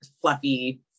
fluffy